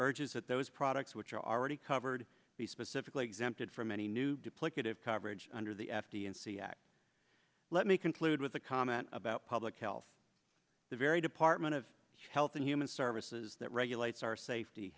urges that those products which are already covered be specifically exempted from any new depleted coverage under the f d a and c act let me conclude with a comment about public health the very department of health and human services that regulates our safety